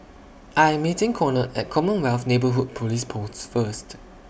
I Am meeting Conard At Commonwealth Neighbourhood Police Post First